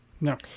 No